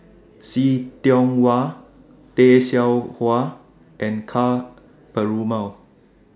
See Tiong Wah Tay Seow Huah and Ka Perumal